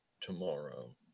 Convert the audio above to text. tomorrow